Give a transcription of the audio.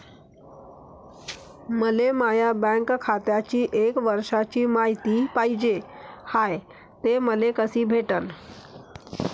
मले माया बँक खात्याची एक वर्षाची मायती पाहिजे हाय, ते मले कसी भेटनं?